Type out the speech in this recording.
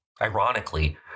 Ironically